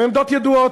הן עמדות ידועות.